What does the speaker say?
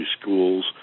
schools